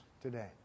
today